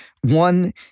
One